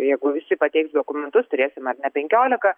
jeigu visi pateiks dokumentus turėsime net penkiolika